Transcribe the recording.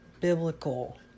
biblical